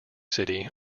city